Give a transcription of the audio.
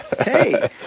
Hey